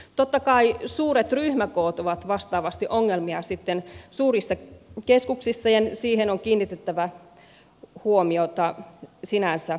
totta kai suuret ryhmäkoot ovat sitten vastaavasti ongelmia suurissa keskuksissa ja siihen on kiinnitettävä huomiota sinänsä